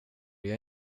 jag